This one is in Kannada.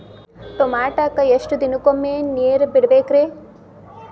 ಟಮೋಟಾಕ ಎಷ್ಟು ದಿನಕ್ಕೊಮ್ಮೆ ನೇರ ಬಿಡಬೇಕ್ರೇ?